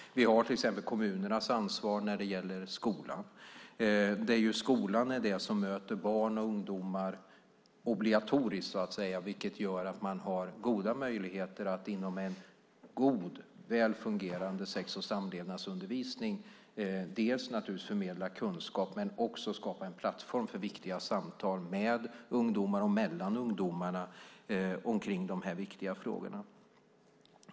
Vi har till exempel kommunernas ansvar när det gäller skolan. Skolan är det som möter barn och ungdomar obligatoriskt, vilket gör att skolan har goda möjligheter att inom en väl fungerande sex och samlevnadsundervisning förmedla kunskap men också skapa en plattform för viktiga samtal med och mellan ungdomar omkring de här viktiga frågorna.